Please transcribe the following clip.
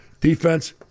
Defense